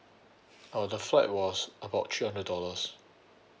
uh the flight was about three hundred dollars